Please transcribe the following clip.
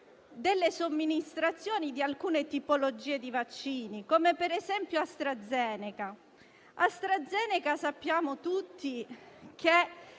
delle somministrazioni di alcune tipologie di vaccini, come per esempio AstraZeneca. Sappiamo tutti che